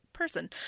Person